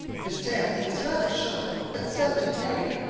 his tail is rather short, but stout and hairy.